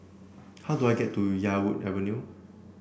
how do I get to Yarwood Avenue